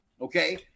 Okay